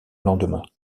lendemain